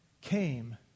came